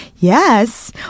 Yes